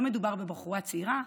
לא מדובר בבחורה צעירה,